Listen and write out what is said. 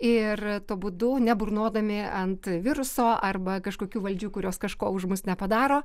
ir tuo būdu neburnodami ant viruso arba kažkokių valdžių kurios kažko už mus nepadaro